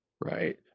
Right